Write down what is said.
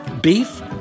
beef